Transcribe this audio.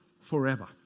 forever